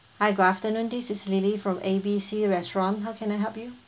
hi good afternoon this is lily from A B C restaurant how can I help you